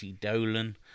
Dolan